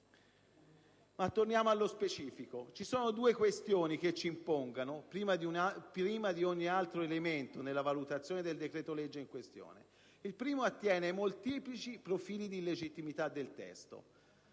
Ma torniamo allo specifico. Ci sono due questioni che si impongono prima di ogni altro elemento nella valutazione del decreto‑legge in questione. La prima attiene ai molteplici profili di legittimità del testo